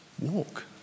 walk